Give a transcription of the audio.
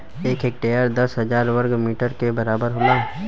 एक हेक्टेयर दस हजार वर्ग मीटर के बराबर होला